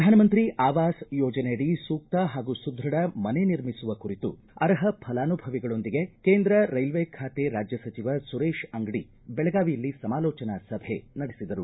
ಪ್ರಧಾನಮಂತ್ರಿ ಆವಾಸ್ ಯೋಜನೆಯಡಿ ಸೂಕ್ತ ಹಾಗೂ ಸುದ್ಯಢ ಮನೆ ನಿರ್ಮಿಸುವ ಕುರಿತು ಅರ್ಹ ಫಲಾನುಭವಿಗಳೊಂದಿಗೆ ಕೇಂದ್ರ ರೈಲ್ವೆ ಖಾತೆ ರಾಜ್ಯ ಸಚಿವ ಸುರೇಶ ಅಂಗಡಿ ಬೆಳಗಾವಿಯಲ್ಲಿ ಸಮಾಲೋಚನಾ ಸಭೆ ನಡೆಸಿದರು